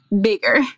bigger